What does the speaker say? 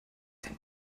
den